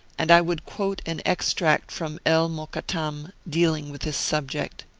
and i would quote an extract from el-mo kattam, dealing with this subject